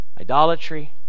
Idolatry